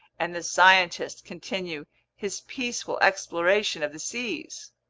and the scientist continue his peaceful exploration of the seas!